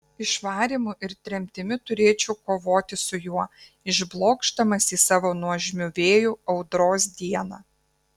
išvarymu ir tremtimi turėčiau kovoti su juo išblokšdamas jį savo nuožmiu vėju audros dieną